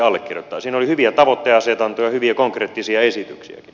siinä oli hyviä tavoitteenasetantoja hyviä konkreettisia esityksiäkin